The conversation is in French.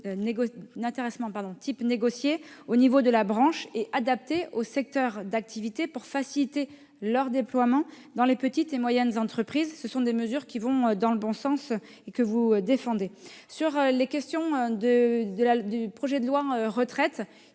types négociés au niveau de la branche et adaptés aux secteurs d'activité pour faciliter leur déploiement dans les petites et moyennes entreprises. Il s'agit de mesures qui vont dans le bon sens et que vous défendez. En ce qui concerne vos interrogations